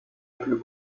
plus